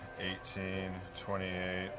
eighteen, twenty eight,